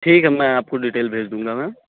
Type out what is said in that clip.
ٹھیک ہے میں آپ کو ڈیٹیل بھیج دوں گا میم